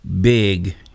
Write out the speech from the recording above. big